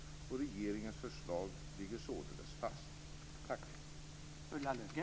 Regeringens förslag ligger således fast.